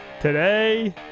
today